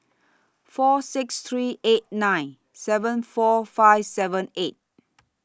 four six three eight nine seven four five seven eight